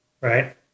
Right